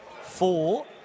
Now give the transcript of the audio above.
four